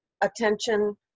attention